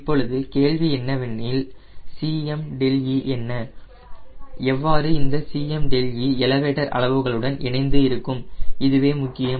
இப்பொழுது கேள்வி என்னவெனில் Cmδe என்ன எவ்வாறு இந்த Cmδe எலவேட்டர் அளவுகளுடன் இணைந்து இருக்கும் இதுவே முக்கியம்